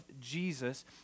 Jesus